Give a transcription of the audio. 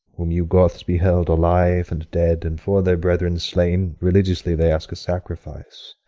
whom your goths beheld alive and dead and for their brethren slain religiously they ask a sacrifice.